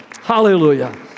Hallelujah